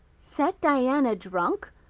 set diana drunk!